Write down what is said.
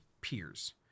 peers